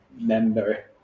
member